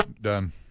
Done